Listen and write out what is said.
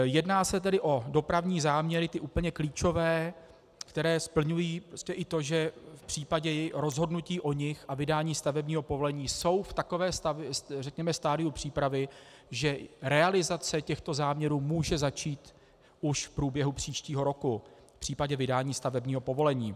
Jedná se tedy o dopravní záměry, tedy ty úplně klíčové, které splňují ještě i to, že v případě rozhodnutí o nich a vydání stavebního povolení jsou v takovém stadiu přípravy, že realizace těchto záměrů může začít už v průběhu příštího roku v případě vydání stavebního povolení.